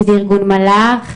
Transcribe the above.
אם זה ארגון מלא"ח,